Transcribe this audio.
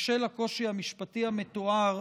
בשל הקושי המשפטי המתואר,